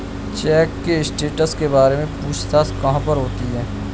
Check के status के बारे में पूछताछ कहाँ पर होती है?